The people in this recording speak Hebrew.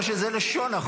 או שזה לשון החוק.